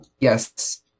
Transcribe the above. yes